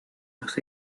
los